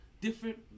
different